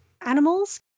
animals